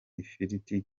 ifiriti